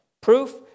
Proof